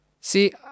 See